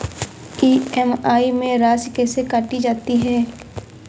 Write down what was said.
EMI में राशि कैसे काटी जाती है?